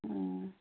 ꯑ